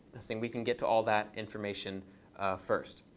then we can get to all that information first.